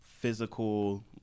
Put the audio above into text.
physical